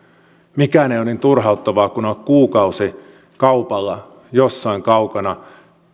mikään ei ole niin turhauttavaa kuin olla kuukausikaupalla jossain kaukana